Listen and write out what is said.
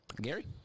Gary